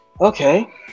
okay